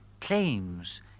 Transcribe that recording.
claims